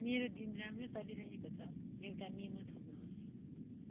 मेरो दिन राम्रो चलिरहेको छ एउटा मेमो थप्नुहोस्